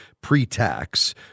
pre-tax